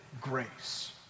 grace